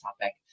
topic